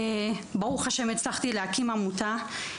ברוך השם, הצלחתי להקים עמותה.